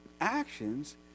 actions